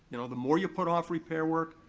you know, the more you put off repair work,